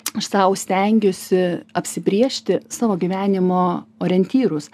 aš sau stengiuosi apsibrėžti savo gyvenimo orientyrus